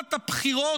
תעמולת הבחירות,